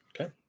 Okay